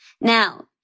Now